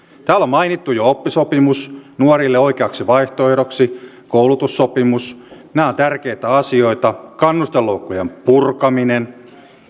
täällä on mainittu jo oppisopimus nuorille oikeaksi vaihtoehdoksi koulutussopimus nämä ovat tärkeitä asioita kannusteloukkujen purkaminen